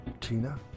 Tina